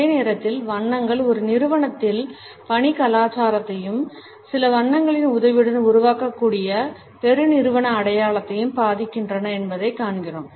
அதே நேரத்தில் வண்ணங்கள் ஒரு நிறுவனத்தில் பணி கலாச்சாரத்தையும் சில வண்ணங்களின் உதவியுடன் உருவாக்கக்கூடிய பெருநிறுவன அடையாளத்தையும் பாதிக்கின்றன என்பதைக் காண்கிறோம்